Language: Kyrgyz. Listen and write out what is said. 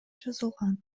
жазылган